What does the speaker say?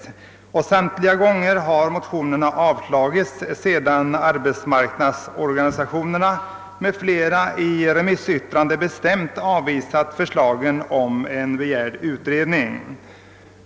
Motioner i ärendet har vid samtliga dessa tillfällen avslagits, sedan bl a. arbetsmarknadens organisationer i sina remissyttranden bestämt avvisat kravet på en utredning.